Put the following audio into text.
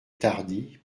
tardy